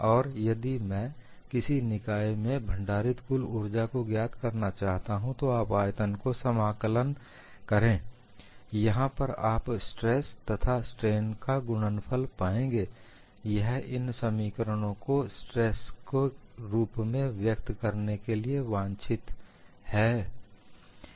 और यदि मैं किसी निकाय में भंडारित कुल ऊर्जा को ज्ञात करना चाहता हूं तो आप आयतन को समाकलन करें यहां पर आप स्ट्रेस तथा स्ट्रेन का गुणनफल पाएंगे यह इन समीकरणों को स्ट्रेसों के रूप में व्यक्त करने के लिए भी वांछित है